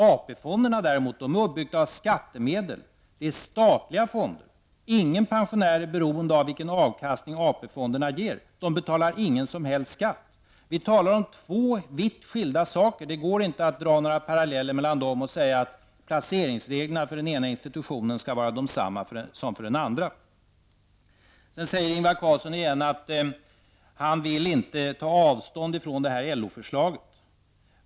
AP-fonderna däremot är uppbyggda av skattemedel. Det är statliga fonder. Ingen pensionär är beroende av vilken avkastning AP-fonderna ger. De betalar ingen som helst skatt. Vi talar om två vitt skilda saker. Det går inte att dra några paralleller mellan dem och säga att placeringsreglerna för den ena institutionen skall vara desamma som för den andra. Sedan säger Ingvar Carlsson igen att han inte vill ta avstånd från LO-förslaget.